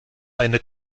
eine